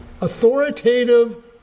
authoritative